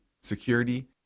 security